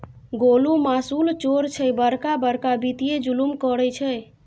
गोलु मासुल चोर छै बड़का बड़का वित्तीय जुलुम करय छै